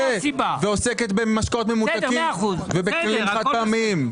ועוסקת במשקאות ממותקים ובכלים חד-פעמיים?